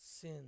sin